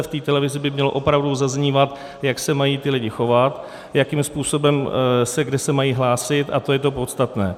V té televizi by mělo opravdu zaznívat, jak se mají ti lidé chovat, jakým způsobem a kde se mají hlásit, a to je to podstatné.